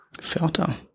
Filter